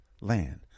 land